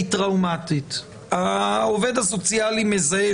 כמו שהוא מנוסח עכשיו כתוב: "בהתייעץ עם עובד סוציאלי לפי